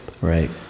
right